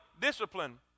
discipline